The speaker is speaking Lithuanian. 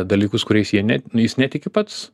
dalykus kuriais jie ne jis netiki pats